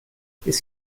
qu’est